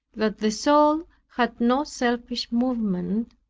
that the soul had no selfish movement,